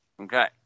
Okay